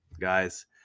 Guys